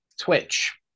twitch